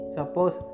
Suppose